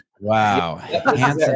Wow